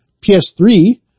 PS3